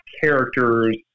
characters